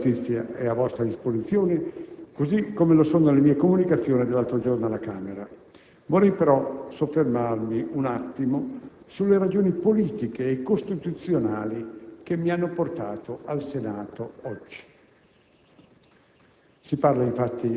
La Relazione sullo stato della giustizia è a vostra disposizione, così come lo sono le mie comunicazioni dell'altro giorno alla Camera. Vorrei però soffermarmi un attimo sulle ragioni politiche e costituzionali che mi hanno portato al Senato oggi.